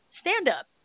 stand-up